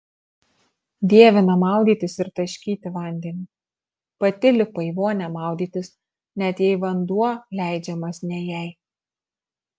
dievina maudytis ir taškyti vandeniu pati lipa į vonią maudytis net jei vanduo leidžiamas ne jai